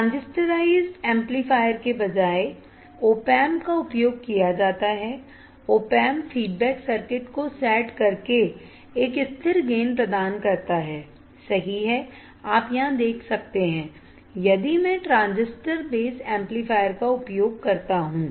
Transistorized amplifier के बजाय op amp का उपयोग किया जाता है op amp फीडबैक सर्किट को सेट करके एक स्थिर गेन प्रदान करता है सही है आप यहां देख सकते हैं यदि मैं ट्रांजिस्टर बेस एम्पलीफायर का उपयोग करता हूं